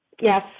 Yes